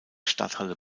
stadthalle